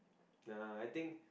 nah I think